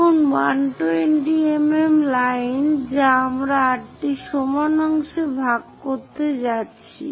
এখন 120 mm line যা আমরা 8 টি সমান অংশে ভাগ করতে যাচ্ছি